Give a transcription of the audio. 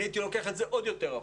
אני הייתי לוקח את זה עוד יותר רחוק.